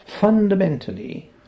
Fundamentally